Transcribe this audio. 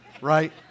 right